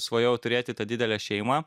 svajojau turėti tą didelę šeimą